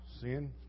Sin